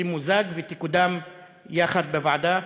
תמוזג והן יקודמו יחד בוועדה.